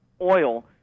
oil